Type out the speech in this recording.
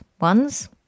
ones